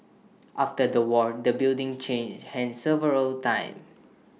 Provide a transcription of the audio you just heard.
after the war the building changed hands several times